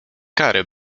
kary